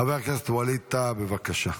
חבר הכנסת ווליד טאהא, בבקשה.